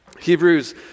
Hebrews